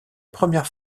première